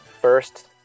first